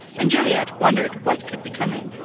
and juliet wondered what could be coming.